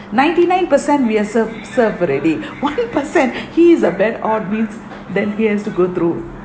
ninety nine per cent reassert served already one percent he is a very odd myth that he has to go through